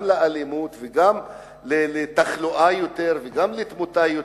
לאלימות ולתחלואה ולתמותה.